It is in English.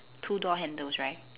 two door handles right